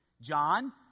John